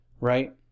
right